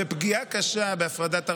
ופגיעה קשה בהפרדת הרשויות.